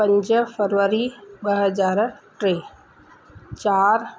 पंज फरवरी ॿ हज़ार टे चारि